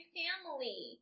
family